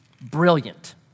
Brilliant